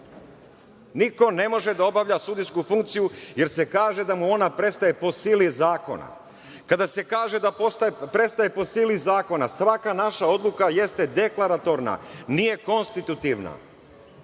Niko ne može da obavlja sudijsku funkciju jer se kaže da mu ona prestaje po sili zakona. Kada se kaže da prestaje po sili zakona svaka naša odluka jeste deklaratorna, nije konstitutivna.